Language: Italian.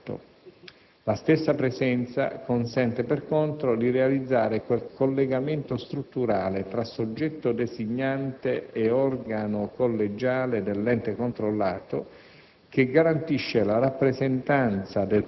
con qualsiasi impiego pubblico e privato. La stessa presenza consente, per contro, di realizzare quel collegamento strutturale tra soggetto designante e organo collegiale dell'ente controllato,